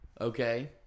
Okay